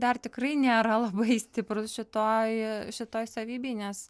dar tikrai nėra labai stiprūs šitoj šitoj savybėj nes